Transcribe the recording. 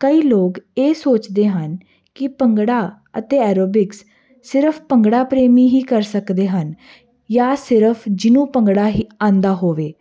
ਕਈ ਲੋਕ ਇਹ ਸੋਚਦੇ ਹਨ ਕੀ ਭੰਗੜਾ ਅਤੇ ਐਰੋਬਿਕਸ ਸਿਰਫ ਭੰਗੜਾ ਪ੍ਰੇਮੀ ਹੀ ਕਰ ਸਕਦੇ ਹਨ ਜਾਂ ਸਿਰਫ ਜਿਹਨੂੰ ਭੰਗੜਾ ਹੀ ਆਉਂਦਾ ਹੋਵੇ